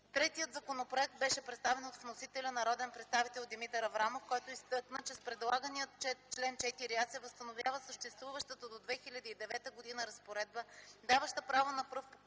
Третият законопроект беше представен от вносителя – народния представител Димитър Аврамов, който изтъкна, че с предлаганият чл. 4а се възстановява съществуващата до 2009 г. разпоредба, даваща правото на пръв купувач